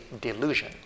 delusion